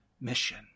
mission